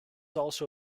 also